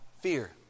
fear